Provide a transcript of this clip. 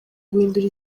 guhindura